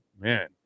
man